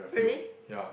really